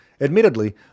admittedly